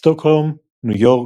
סטוקהולם, ניו יורק,